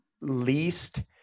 least